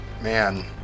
Man